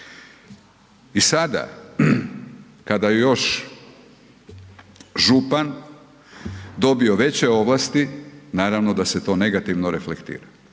I sada kada je još župan dobio veće ovlasti, naravno da se to negativno reflektira.